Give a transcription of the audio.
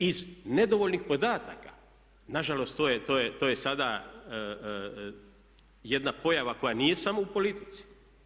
Iz nedovoljnih podataka na žalost to je sada jedna pojava koja nije samo u politici.